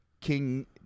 King